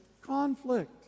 conflict